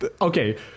okay